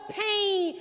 pain